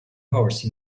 horse